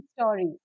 story